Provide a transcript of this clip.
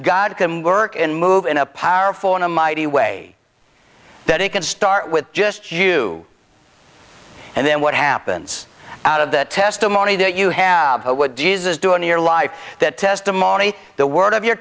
god can work and move in a powerful in a mighty way that it can start with just you and then what happens out of the testimony that you have would jesus do in your life that testimony the word of your